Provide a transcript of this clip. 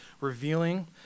revealing